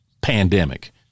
pandemic